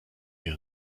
wir